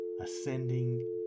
ascending